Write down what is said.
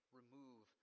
remove